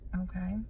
okay